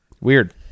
Weird